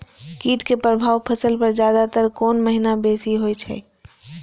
कीट के प्रभाव फसल पर ज्यादा तर कोन महीना बेसी होई छै?